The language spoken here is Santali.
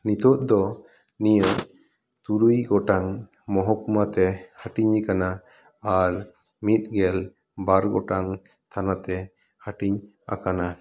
ᱱᱤᱛᱚᱜ ᱫᱚ ᱱᱤᱭᱟᱹ ᱛᱩᱨᱩᱭ ᱜᱚᱴᱟᱝ ᱢᱚᱦᱚᱠᱩᱢᱟ ᱛᱮ ᱦᱟᱹᱴᱤᱧ ᱟᱠᱟᱱᱟ ᱟᱨ ᱢᱤᱫᱜᱮᱨ ᱵᱟᱨ ᱜᱚᱴᱟᱝ ᱛᱷᱟᱱᱟ ᱛᱮ ᱦᱟᱹᱴᱤᱧ ᱟᱠᱟᱱᱟ